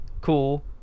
cool